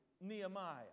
Nehemiah